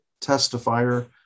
testifier